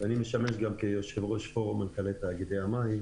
אני משמש גם כיושב-ראש פורום תאגידי המים